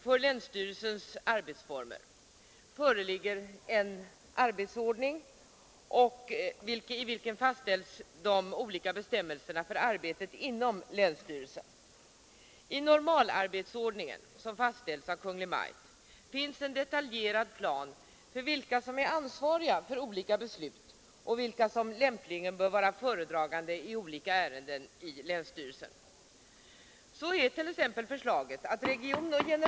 För länsstyrelsens arbetsformer finns det en arbetsordning i vilken fastställs bestämmelserna för arbetet inom länsstyrelsen. I normalarbetsordningen, som fastställs av Kungl. Maj:t, finns det en detaljerad plan för vilka som är ansvariga för olika beslut och vilka som lämpligen bör vara 74 föredragande vid länsstyrelsen i olika ärenden.